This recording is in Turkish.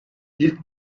i̇lk